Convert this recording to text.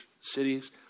cities